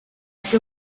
cyo